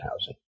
housing